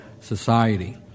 society